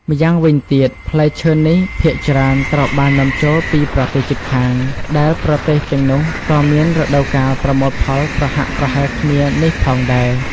ម្យ៉ាងវិញទៀត ផ្លែឈើនេះភាគច្រើនត្រូវបាននាំចូលពីប្រទេសជិតខាង ដែលប្រទេសទាំងនោះក៏មានរដូវកាលប្រមូលផលប្រហាក់ប្រហែលគ្នានេះផងដែរ។